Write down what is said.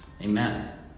Amen